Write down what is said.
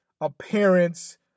appearance